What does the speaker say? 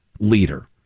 leader